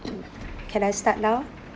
can I start now